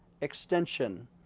extension